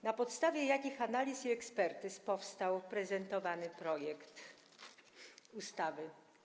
Na podstawie jakich analiz i ekspertyz powstał prezentowany projekt ustawy?